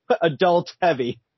adult-heavy